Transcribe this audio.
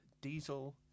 Diesel